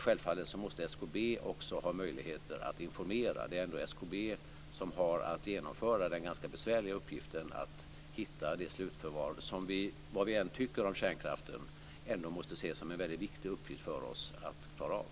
Självfallet måste SKB också ha möjligheter att informera. Det är ändå SKB som har att genomföra den ganska besvärliga uppgiften att hitta en slutförvaring. Vad vi än tycker om kärnkraften måste vi ändå se det som en väldigt viktig uppgift för oss att klara av.